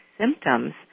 symptoms